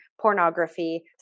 pornography